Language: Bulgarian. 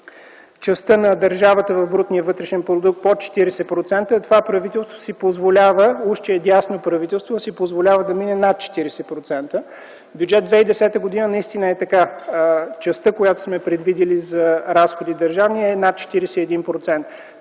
частта на държавата в брутния вътрешен продукт под 40%, а това правителство си позволява, уж че е дясно правителство, но си позволява да мине над 40-те процента. В Бюджет 2010 г. наистина е така – частта, която сме предвидили за държавни разходи, е над 41%.